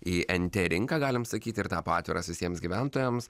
į nt rinką galim sakyti ir tapo atviras visiems gyventojams